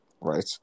right